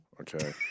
okay